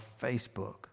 Facebook